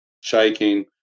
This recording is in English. shaking